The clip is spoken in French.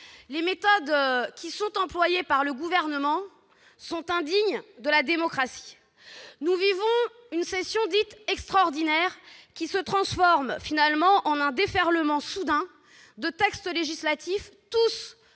les méthodes employées par le Gouvernement sont indignes de la démocratie. Nous vivons une session dite « extraordinaire », qui se transforme finalement en un déferlement soudain de textes législatifs tous